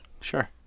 sure